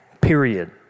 period